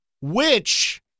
which-